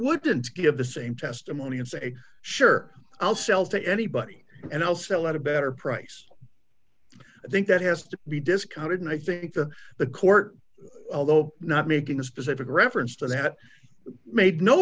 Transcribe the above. wouldn't give the same testimony and say sure i'll sell to anybody and i'll sell out a better price i think that has to be discounted and i think that the court although not making a specific reference to that made no